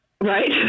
right